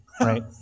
right